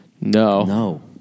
no